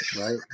right